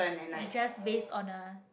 just based on a